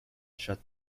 shut